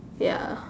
ya